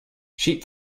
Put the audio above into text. sheep